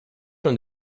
from